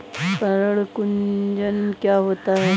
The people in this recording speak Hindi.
पर्ण कुंचन क्या होता है?